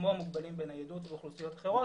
כמו המוגבלים בניידות ואוכלוסיות אחרות,